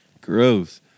Gross